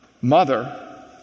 mother